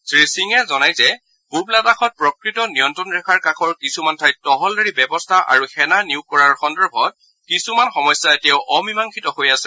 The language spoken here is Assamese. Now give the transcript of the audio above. শ্ৰীসিঙে জনায় যে পুব লাডাখত প্ৰকৃত নিয়ন্ত্ৰণ ৰেখাৰ কাষৰ কিছুমান ঠাইত তহলদাৰী ব্যৱস্থা আৰু সেনা নিয়োগ কৰা সন্দৰ্ভত কিছুমান সমস্যা এতিয়াও অমীমাংসিত হৈ আছে